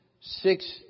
six